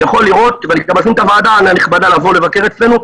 ואני גם מזמין את הוועדה הנכבדה לבוא לבקר אצלנו,